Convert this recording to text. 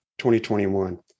2021